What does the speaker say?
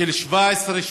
של 2017,